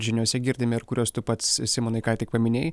žiniose girdime ir kuriuos tu pats simonai ką tik paminėjai